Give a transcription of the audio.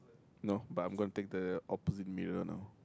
no but I'm gonna take the opposite mirror now